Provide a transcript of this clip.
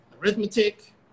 arithmetic